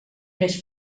més